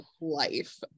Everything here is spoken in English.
life